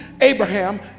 Abraham